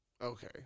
Okay